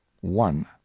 one